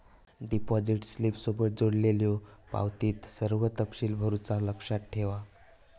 deposit स्लिपसोबत जोडलेल्यो पावतीत सर्व तपशील भरुचा लक्षात ठेवा